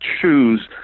choose